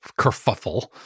kerfuffle